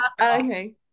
Okay